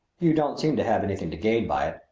you don't seem to have anything to gain by it,